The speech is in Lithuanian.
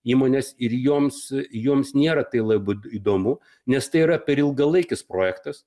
įmonės ir joms joms nėra tai labai įdomu nes tai yra per ilgalaikis projektas